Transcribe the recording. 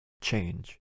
change